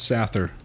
Sather